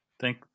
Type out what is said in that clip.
Thank